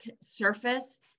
surface